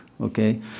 okay